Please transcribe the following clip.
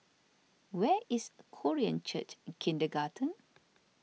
where is Korean Church Kindergarten